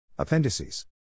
Appendices